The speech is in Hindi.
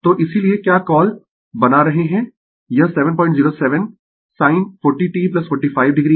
तो इसीलिये क्या कॉल बना रहे है यह 707 sin 40 t 45 o है